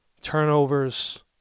Turnovers